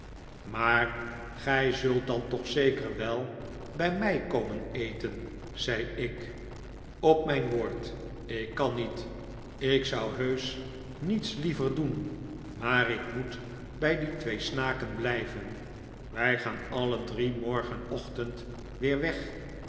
maar gij zult dan toch zeker wel bij mij komen eten zei ik op mijn woord ik kan niet ik zou heusch niets liever doen maar ik moet bij die twee snaken blijven wij gaan alle drie morgenochtend weer weg